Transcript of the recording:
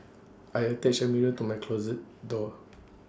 I attached A mirror to my closet door